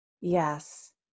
Yes